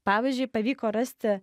pavyzdžiui pavyko rasti